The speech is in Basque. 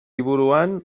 liburuan